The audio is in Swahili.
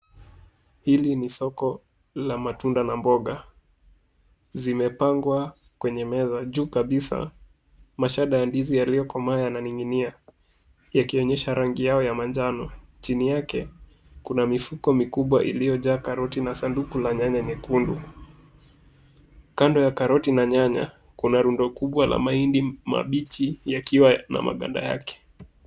Hili ni soko la matunda na mboga. Zimepangwa kwenye meza juu kabisa mashada ya ndizi yaliyokomaa yana ninginia yakionyesha rangi yao ya manjano. Chini yake, kuna mifuko mikubwa iliyojaa karoti na sanduku la nyanya nyekundu. Kando ya karoti na nyanya kuna rundo kubwa la mahindi mabichi yakiwa na maganda yake.